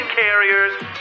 Carriers